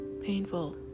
painful